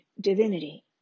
divinity